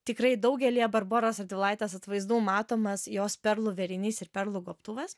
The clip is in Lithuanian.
tikrai daugelyje barboros radvilaitės atvaizdų matomas jos perlų vėrinys ir perlų gobtuvas